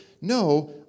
no